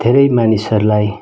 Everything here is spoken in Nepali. धेरै मानिसहरूलाई